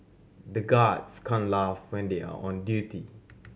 the guards can't laugh when they are on duty